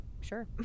sure